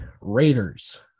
Raiders